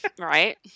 Right